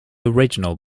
original